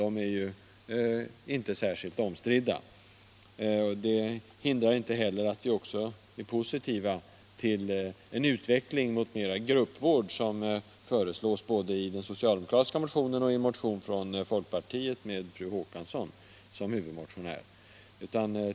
De är ju inte särskilt omstridda. Utskottets ställningstagande hindrar inte heller att vi är positiva till en utveckling mot mera gruppvård, som föreslås både i den socialdemokratiska motionen och i en motion från folkpartiet med fru Håkansson som huvudmotionär.